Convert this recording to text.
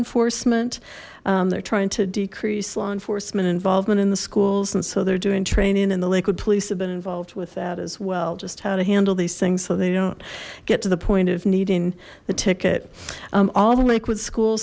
enforcement they're trying to decrease law enforcement involvement in the schools and so they're doing training and the lakewood police have been involved with that as well just how to handle these things so they don't get to the point of needing the ticket all the liquid school